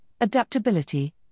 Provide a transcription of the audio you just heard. adaptability